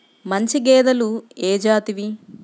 మంచి గేదెలు ఏ జాతివి?